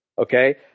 Okay